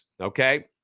okay